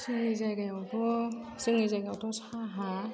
जोंनि जायगायथ' जोंनि जायगायावथ' साहा